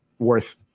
worth